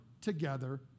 together